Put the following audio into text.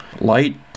light